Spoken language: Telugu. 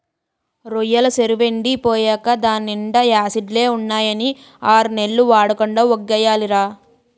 రొయ్యెల సెరువెండి పోయేకా దాన్నీండా యాసిడ్లే ఉన్నాయని ఆర్నెల్లు వాడకుండా వొగ్గియాలిరా